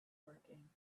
working